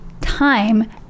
time